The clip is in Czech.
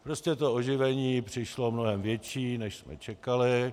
Prostě to oživení přišlo mnohem větší, než jsme čekali.